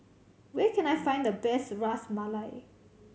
where can I find the best Ras Malai